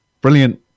brilliant